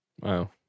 Wow